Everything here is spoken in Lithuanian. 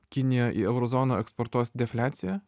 kinija į euro zoną eksportuos defliaciją